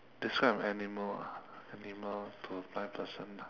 describe an animal ah animal to a blind person ah